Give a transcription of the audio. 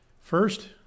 First